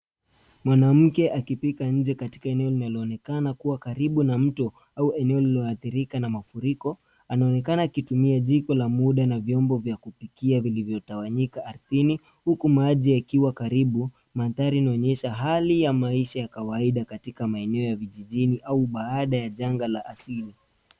Mwanamke akipika nje katika eneo linaloonekana kuwa karibu na mto au eneo lililoathirika na mafuriko anaonekana akitumia jiko la muda na vyombo vya kupikia vilivyotawanyika ardhini huku maji yakiwa karibu, mandhari inaoneysha hali ya maisha ya kawaida katika maeneo ya vijijini au baada ya janga la asili.